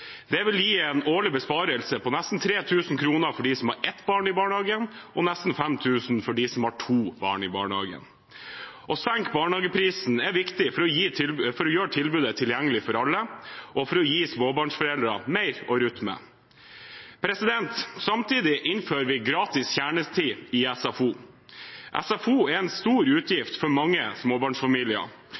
Det vil gi en årlig besparelse på nesten 3 000 kr for dem som har ett barn i barnehagen, og nesten 5 000 kr for dem som har to barn i barnehagen. Å senke barnehageprisen er viktig for å gjøre tilbudet tilgjengelig for alle og for å gi småbarnsforeldre mer å rutte med. Samtidig innfører vi gratis kjernetid i SFO. SFO er en stor utgift for mange småbarnsfamilier.